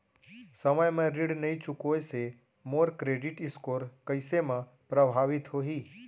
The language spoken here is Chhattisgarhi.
समय म ऋण नई चुकोय से मोर क्रेडिट स्कोर कइसे म प्रभावित होही?